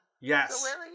Yes